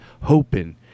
hoping